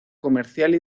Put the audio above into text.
comercial